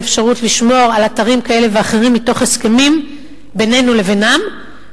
אפשרות לשמור על אתרים כאלה ואחרים מתוך הסכמים בינם לבינינו,